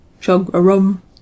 chug-a-rum